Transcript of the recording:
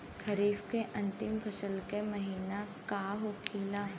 खरीफ के अंतिम फसल का महीना का होखेला?